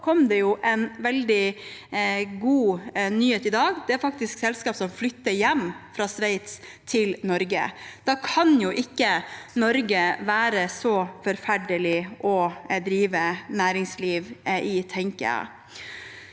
Så kom det en veldig god nyhet i dag. Det er faktisk selskap som flytter hjem fra Sveits til Norge. Da kan jo ikke Norge være så forferdelig å drive næringsliv i, tenker jeg.